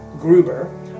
Gruber